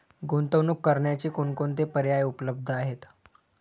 गुंतवणूक करण्याचे कोणकोणते पर्याय उपलब्ध आहेत?